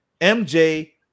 MJ